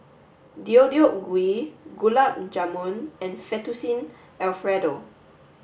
Deodeok Gui Gulab Jamun and Fettuccine Alfredo